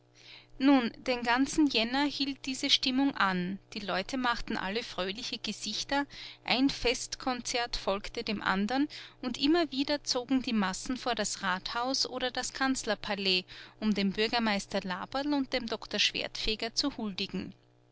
nun den ganzen januar hielt diese stimmung an die leute machten alle fröhliche gesichter ein festkonzert folgte dem anderen und immer wieder zogen die massen vor das rathaus oder das kanzlerpalais um dem bürgermeister laberl und dem doktor schwertfeger zu huldigen